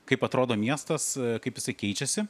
kaip atrodo miestas kaip jisai keičiasi